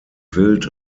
wild